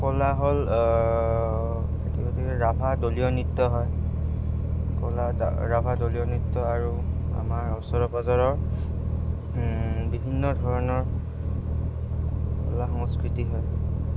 কলা হ'ল ৰাভা দলীয় নৃত্য হয় কলা ৰাভা দলীয় নৃত্য আৰু আমাৰ ওচৰে পাজৰৰ বিভিন্ন ধৰণৰ কলা সংস্কৃতি হয়